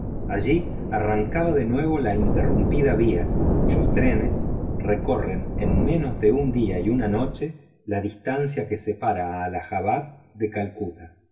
allí arrancaba de nuevo la interrumpida vía cuyos trenes recorren en menos de un día y una noche la distancia que separa a allahabad de calcuta